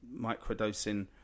microdosing